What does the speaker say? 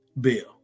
bill